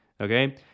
okay